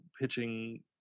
pitching